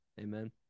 Amen